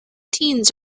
teens